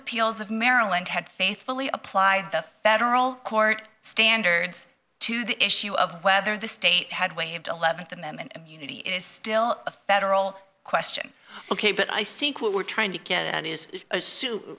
appeals of maryland had faithfully applied the federal court standards to the issue of whether the state had waived eleventh amendment immunity is still a federal question ok but i think what we're trying to get at is